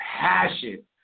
passion